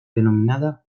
denominada